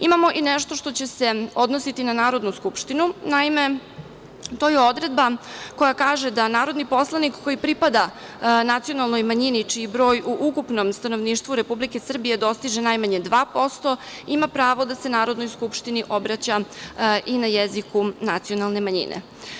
Imamo i nešto što će se odnositi na Narodnu skupštinu, naime, to je odredba koja kaže da narodni poslanik koji pripada nacionalnoj manjini čiji broj u ukupnom stanovništvu Republike Srbije dostiže najmanje dva posto ima pravo da se Narodnoj skupštini obraća i na jeziku nacionalne manjine.